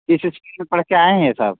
किस स्कूल में पढ़ कर आए हैं ये सब